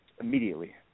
immediately